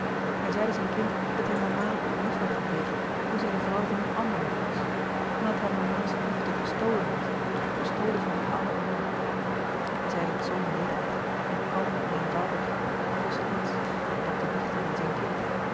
hij zeide zijn kind dat hij mama lief had gekregen toen zij de vrouw van een ander nog was en dat hij mama's liefde gestolen had gestolen van dien anderen man hij zeide het zoo nederig en kalm en eenvoudig als was het niets dat te biechten aan zijn kind